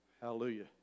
Hallelujah